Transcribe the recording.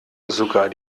sogar